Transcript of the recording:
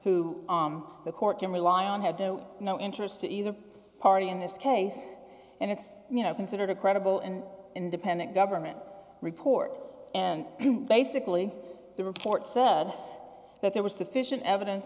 who the court can rely on had no interest to either party in this case and it's you know considered a credible and independent government report and basically the report said that there was sufficient evidence